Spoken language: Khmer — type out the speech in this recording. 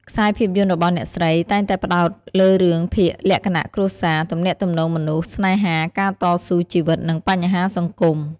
ខ្សែភាពយន្តរបស់អ្នកស្រីតែងតែផ្តោតលើរឿងភាគលក្ខណៈគ្រួសារ ទំនាក់ទំនងមនុស្ស ស្នេហា ការតស៊ូជីវិត និងបញ្ហាសង្គម។